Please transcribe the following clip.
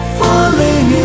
falling